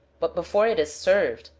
but before it is served,